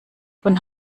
von